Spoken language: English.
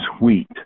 wheat